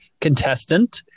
contestant